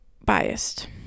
biased